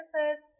benefits